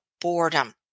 boredom